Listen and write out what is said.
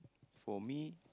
for me